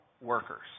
workers